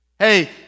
Hey